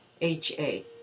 H-A